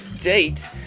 date